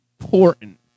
important